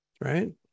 right